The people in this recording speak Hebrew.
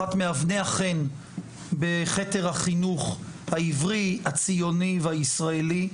אחת מאבני החן בחקר החינוך העברי הציוני והישראלי,